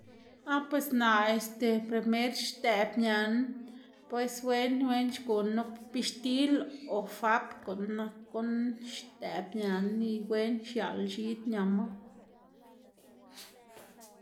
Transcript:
Ah pues naꞌ este primer xdëꞌb nañá pues wen wen, xguná nup bixtil o fap gunu nak guꞌn xdëꞌb ñaná y wen xiaꞌl x̱id ñama.